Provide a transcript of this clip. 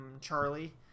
Charlie